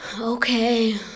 Okay